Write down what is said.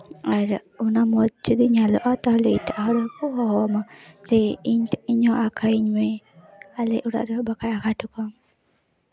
ᱟᱨ ᱚᱱᱟ ᱢᱚᱡᱽ ᱡᱚᱫᱤ ᱧᱮᱞᱚᱜᱼᱟ ᱛᱟᱦᱞᱮ ᱮᱴᱟᱜ ᱦᱚᱲ ᱦᱚᱸ ᱠᱚ ᱦᱚᱦᱚ ᱟᱢᱟ ᱡᱮ ᱤᱧ ᱦᱚᱸ ᱟᱸᱠᱷᱟᱣ ᱤᱧ ᱢᱮ ᱟᱞᱮ ᱚᱲᱟᱜ ᱨᱮᱦᱚᱸ ᱵᱟᱠᱷᱟᱡ ᱟᱸᱠᱟ ᱦᱚᱴᱚ ᱠᱟᱜ ᱢᱮ